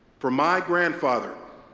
for my grandfather,